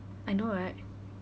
I know right